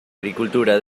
agricultura